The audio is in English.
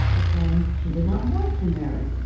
but then she did not want to marry.